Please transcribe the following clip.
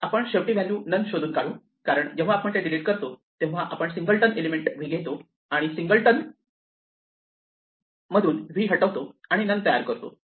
आपण शेवटी value none शोधून काढू कारण जेव्हा आपण ते डिलीट करतो तेव्हा आपण सिंगलटन एलिमेंट v घेतो आणि सिंगलटनमधून v हटवतो आणि नन तयार करतो